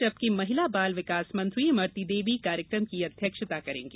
जबकि महिला बाल विकास मंत्री इमरती देवी कार्यक्रम की अध्यक्षता करेंगी